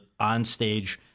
onstage